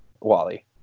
Wally